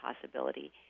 possibility